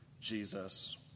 Jesus